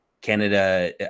Canada